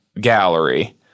gallery